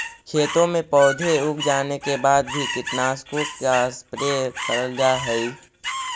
खेतों में पौधे उग जाने के बाद भी कीटनाशकों का स्प्रे करल जा हई